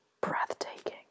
breathtaking